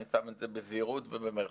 ואני אומר את זה בזהירות ובמירכאות.